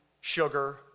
sugar